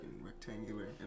rectangular